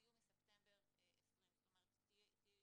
אם לא יהיו לכם תקנות ב-2020 וחלק מהמעונות